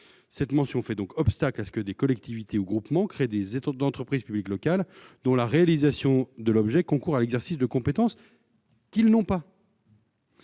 Cette mention fait donc obstacle à ce que des collectivités ou groupements créent des entreprises publiques locales dont la réalisation de l'objet concourrait à l'exercice de compétences qu'ils n'ont pas.